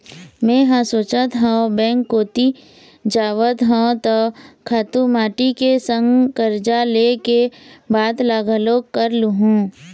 मेंहा सोचत हव बेंक कोती जावत हव त खातू माटी के संग करजा ले के बात ल घलोक कर लुहूँ